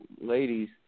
ladies